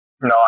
no